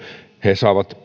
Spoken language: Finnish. he saavat